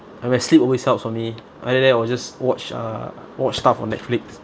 I mean by sleep always helps for me either that I will just watch uh watch stuff on netflix